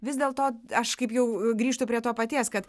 vis dėl to aš kaip jau grįžtu prie to paties kad